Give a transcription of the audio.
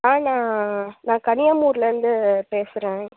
ஆ நான் நான் கனியாமூர்லேருந்து பேசுகிறேன்